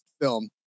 film